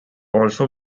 also